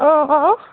ओह् हो